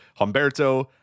Humberto